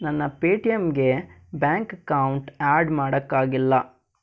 ನನ್ನ ಪೇಟಿಎಮ್ಗೆ bank account add ಮಾಡೋಕ್ಕಾಗಿಲ್ಲ